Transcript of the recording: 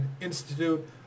institute